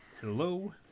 Hello